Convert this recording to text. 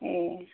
ए